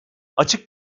açık